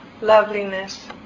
loveliness